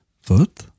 foot